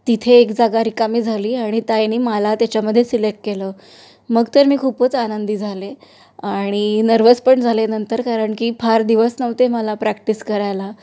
तिथे एक जागा रिकामी झाली आणि ताईंनी माला त्याच्यामध्ये सिलेक्ट केलं मग तर मी खूपच आनंदी झाले आणि नर्वस पण झाले नंतर कारण की फार दिवस नव्हते मला प्रॅक्टिस करायला